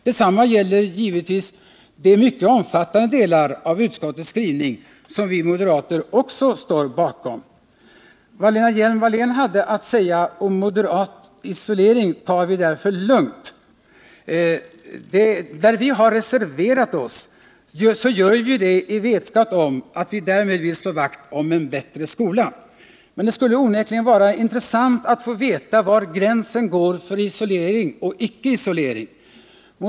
Detsamma gäller givetvis de mycket omfattande delar av utskottets skrivning som också vi moderater står bakom. Det Lena Hjelm-Wallén hade att säga om moderat isolering tar vi därför lugnt. När vi reserverat oss har vi gjort det i vetskap om att vi därmed slår vakt om en bättre skola. Men det skulle onekligen vara intressant att få veta var gränsen för isolering och icke isolering går.